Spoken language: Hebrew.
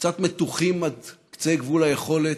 קצת מתוחים עד קצה גבול היכולת,